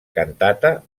cantata